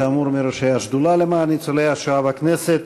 כאמור, מראשי השדולה למען ניצולי השואה בכנסת.